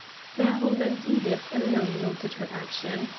fairholme and edith alone noted her action.